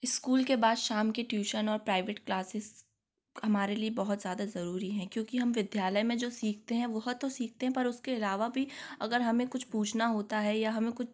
school के बाद शाम के ट्यूशन और प्राइवेट क्लासेज़ हमारे लिए बहुत जादा जरुरी हैं क्योंकि हम विद्यालय में जो सीखते हैं वह तो सीखते हैं पर उसके अलावा भी अगर हमें कुछ पूछना होता है या हमें कुछ